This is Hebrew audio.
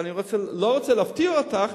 ואני לא רוצה להפתיע אותך,